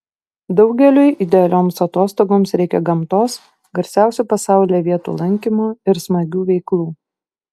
daugeliui idealioms atostogoms reikia gamtos garsiausių pasaulyje vietų lankymo ir smagių veiklų